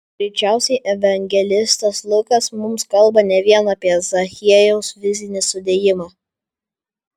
greičiausiai evangelistas lukas mums kalba ne vien apie zachiejaus fizinį sudėjimą